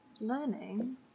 learning